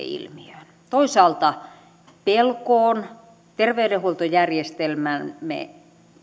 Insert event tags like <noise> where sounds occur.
<unintelligible> ilmiöön toisaalta pelkoon terveydenhuoltojärjestelmämme